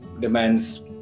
demands